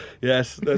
Yes